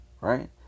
Right